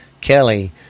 Kelly